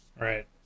Right